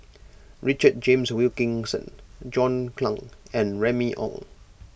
Richard James Wilkinson John Clang and Remy Ong